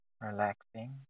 Relaxing